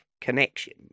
connection